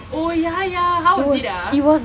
oh ya ya how was it ah